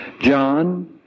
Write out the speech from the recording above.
John